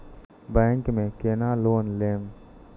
Bank में केना loan लेम?